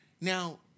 now